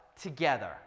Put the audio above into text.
together